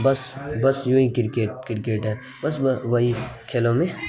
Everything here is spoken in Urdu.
بس بس یوں ہی کرکٹ کرکٹ ہے بس بس وہی کھیلوں میں